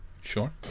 Sure